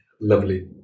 Lovely